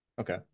okay